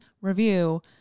review